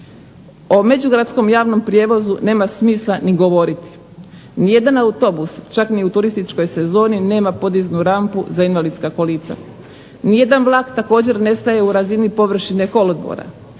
O međugradskom javnom prijevozu nema smisla ni govoriti. Nijedan autobus, čak ni u turističkoj sezoni nema podiznu rampu za invalidska kolica. Nijedan vlak također ne staje u razini površine kolodvora.